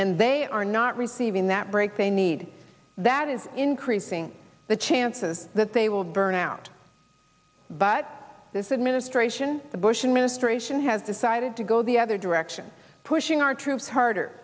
and they are not receiving that break they need that is increasing the chances that they will burn out but this administration the bush administration has decided to go the other direction pushing our troops harder